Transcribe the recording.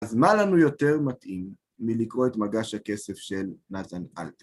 אז מה לנו יותר מתאים מלקרוא את מגש הכסף של נתן אלטר?